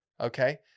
Okay